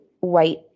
white